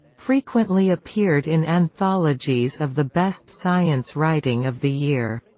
frequently appeared in anthologies of the best science writing of the year.